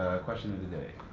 a question of the day.